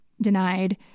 denied